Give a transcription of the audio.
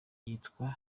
yitwa